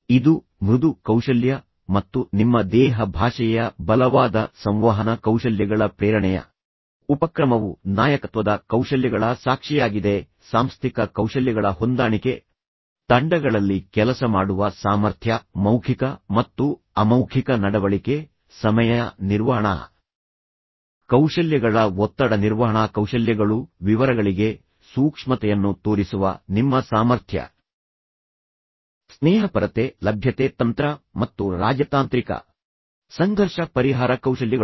ಇದು ಮೃದು ಕೌಶಲ್ಯ ಮತ್ತು ನಿಮ್ಮ ದೇಹ ಭಾಷೆಯ ಬಲವಾದ ಸಂವಹನ ಕೌಶಲ್ಯಗಳ ಪ್ರೇರಣೆಯ ಉಪಕ್ರಮವು ನಾಯಕತ್ವದ ಕೌಶಲ್ಯಗಳ ಸಾಕ್ಷಿಯಾಗಿದೆ ಸಾಂಸ್ಥಿಕ ಕೌಶಲ್ಯಗಳ ಹೊಂದಾಣಿಕೆ ತಂಡಗಳಲ್ಲಿ ಕೆಲಸ ಮಾಡುವ ಸಾಮರ್ಥ್ಯ ಮೌಖಿಕ ಮತ್ತು ಅಮೌಖಿಕ ನಡವಳಿಕೆ ಸಮಯ ನಿರ್ವಹಣಾ ಕೌಶಲ್ಯಗಳ ಒತ್ತಡ ನಿರ್ವಹಣಾ ಕೌಶಲ್ಯಗಳು ವಿವರಗಳಿಗೆ ಸೂಕ್ಷ್ಮತೆಯನ್ನು ತೋರಿಸುವ ನಿಮ್ಮ ಸಾಮರ್ಥ್ಯ ಸ್ನೇಹಪರತೆ ಲಭ್ಯತೆ ತಂತ್ರ ಮತ್ತು ರಾಜತಾಂತ್ರಿಕ ಸಂಘರ್ಷ ಪರಿಹಾರ ಕೌಶಲ್ಯಗಳು